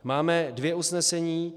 Máme dvě usnesení.